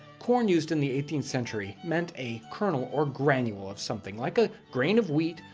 corn used in the eighteenth century meant a kernel or granule of something, like a grain of wheat,